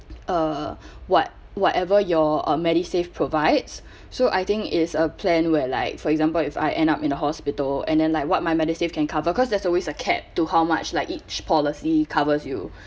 uh what~ whatever your uh medisave provides so I think is a plan where like for example if I end up in the hospital and then like what my medisave can cover cause there's always a cap to how much like each policy covers you